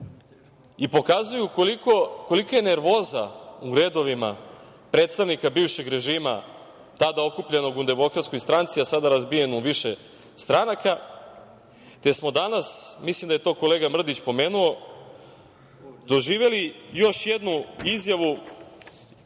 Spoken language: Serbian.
i pokazuju kolika je nervoza u redovima predstavnika bivšeg režima, tada okupljenog u DS, a sada razbijen u više stranaka, te smo danas, mislim da je to kolega Mrdić pomenuo, doživeli još jednu izjavu